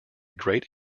great